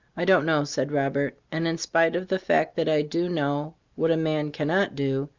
i don't know, said robert and in spite of the fact that i do know what a man cannot do,